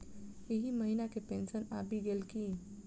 एहि महीना केँ पेंशन आबि गेल की